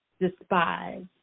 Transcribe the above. despise